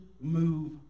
move